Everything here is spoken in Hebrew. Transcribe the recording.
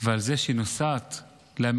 על זה שהיא נוסעת לאמריקה,